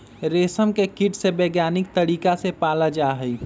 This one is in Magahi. रेशम के कीट के वैज्ञानिक तरीका से पाला जाहई